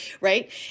right